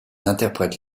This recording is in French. interprètent